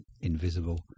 Invisible